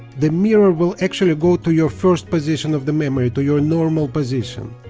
the mirror will actually go to your first position of the memory to your normal position